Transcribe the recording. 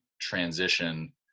transition